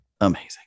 amazing